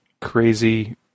crazy